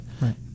Right